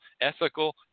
ethical